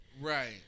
Right